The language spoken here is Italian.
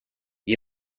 gli